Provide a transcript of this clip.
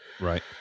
Right